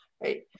right